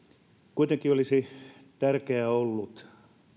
kuitenkin olisi tärkeää ollut